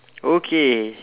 okay